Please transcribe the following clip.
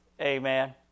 Amen